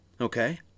okay